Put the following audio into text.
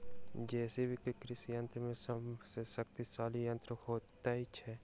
JCB कृषि यंत्र मे सभ सॅ शक्तिशाली यंत्र होइत छै